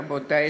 רבותי,